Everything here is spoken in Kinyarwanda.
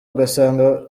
ugasanga